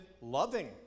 loving